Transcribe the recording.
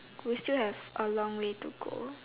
we still have a long way to go